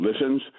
listens